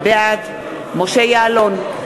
בעד משה יעלון,